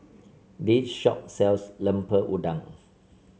this shop sells Lemper Udang